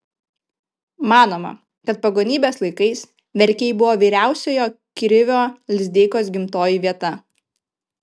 manoma kad pagonybės laikais verkiai buvo vyriausiojo krivio lizdeikos gimtoji vieta